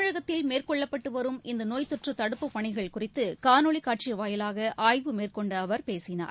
தமிழகத்தில் மேற்கொள்ளப்பட்டுவரும் இந்தநோய்த்தொற்றுதடுப்புப் பணிகள் குறித்துகாணொலிகாட்சிவாயிலாகஆய்வு மேற்கொண்டஅவர் பேசினார்